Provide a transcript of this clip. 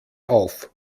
auf